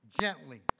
Gently